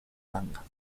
manga